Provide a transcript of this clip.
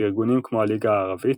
וארגונים כמו הליגה הערבית,